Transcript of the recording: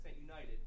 united